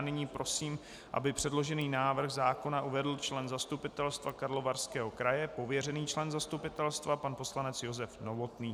Nyní prosím, aby předložený návrh zákona uvedl člen zastupitelstva Karlovarského kraje, pověřený člen zastupitelstva, pan poslanec Josef Novotný.